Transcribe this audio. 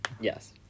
Yes